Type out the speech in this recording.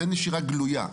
זה נשירה גלויה.